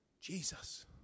Jesus